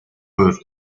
roof